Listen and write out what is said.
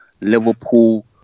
Liverpool